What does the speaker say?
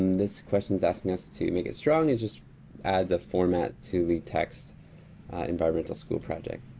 this question's asking us to make it strong. it just adds a format to the text environmental school project.